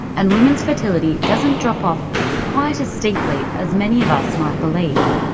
and women's fertility doesn't drop off quite as steeply as many of us might believe.